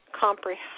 comprehensive